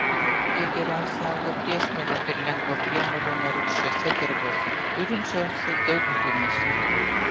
jie geriausiai auga priesmėlio ir lengvo priemolio nerūgščiose dirvose turinčiose daug humuso